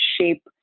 shape